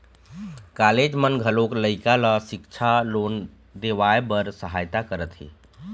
college मन घलोक लइका ल सिक्छा लोन देवाए बर सहायता करत हे